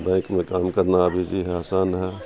bank میں کام کرنا ابھی بھی آسان ہے